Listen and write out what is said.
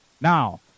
Now